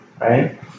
right